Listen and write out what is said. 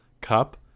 cup